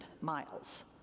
miles